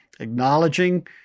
acknowledging